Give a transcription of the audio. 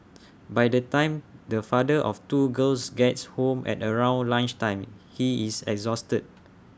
by the time the father of two girls gets home at around lunch time he is exhausted